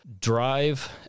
drive